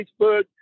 Facebook